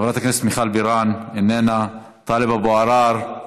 חברת הכנסת מיכל בירן, איננה, טלב אבו עראר,